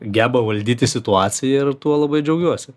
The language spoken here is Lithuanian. geba valdyti situaciją ir tuo labai džiaugiuosi